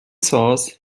source